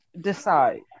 decide